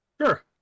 Sure